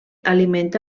alimenta